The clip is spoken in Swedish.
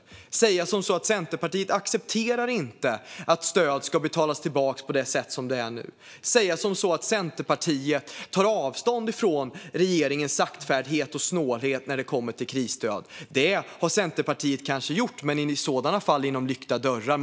Man kan säga som så: Centerpartiet accepterar inte att stöd ska betalas tillbaka på det sätt som gäller nu. Man kan säga som så: Centerpartiet tar avstånd från regeringens saktfärdighet och snålhet när det kommer till krisstöd. Detta har Centerpartiet kanske gjort, men i så fall bakom lyckta dörrar.